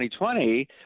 2020